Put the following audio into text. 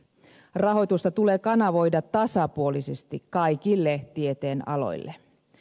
rahoitusta tulee kanavoida tasapuolisesti kaikille tieteenaloille